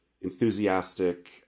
enthusiastic